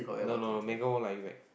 no no no Megan won't like you back